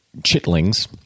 chitlings